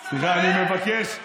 סליחה, אני מבקש.